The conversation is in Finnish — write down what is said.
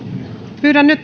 pyydän nyt